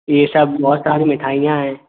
ये सब बहुत सारे मिठाइयाँ हैं